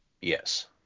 Yes